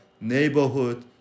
neighborhood